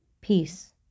Peace